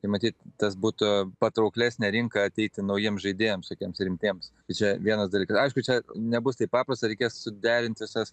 tai matyt tas būtų patrauklesnė rinka ateiti naujiems žaidėjams tokiems rimtiems čia vienas dalykas aišku čia nebus taip paprasta reikės suderint visas